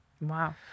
Wow